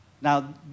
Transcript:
Now